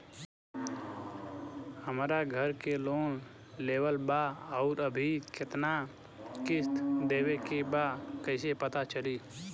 हमरा घर के लोन लेवल बा आउर अभी केतना किश्त देवे के बा कैसे पता चली?